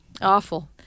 awful